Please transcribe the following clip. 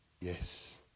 Yes